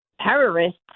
terrorists